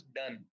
done